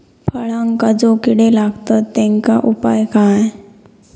फळांका जो किडे लागतत तेनका उपाय काय?